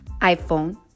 iPhone